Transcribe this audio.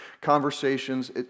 conversations